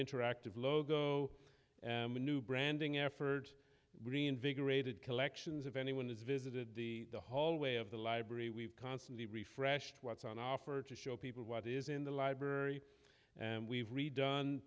interactive logo a new branding effort reinvigorated collections if anyone has visited the hallway of the library we've constantly refreshed what's on offer to show people what is in the library and we've redone